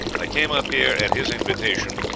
i came up here at his invitation,